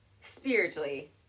Spiritually